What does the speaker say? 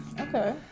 okay